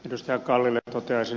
edustaja kallille toteaisin